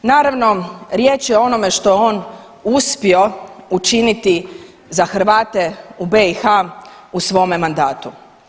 Naravno riječ je o onome što je on uspio učiniti za Hrvate u BiH u svome mandatu.